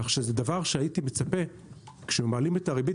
כך שזה דבר שהייתי מצפה כשמעלים את הריבית